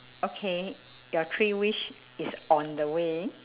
okay your three wish is on the way